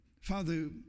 Father